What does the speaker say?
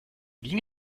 ging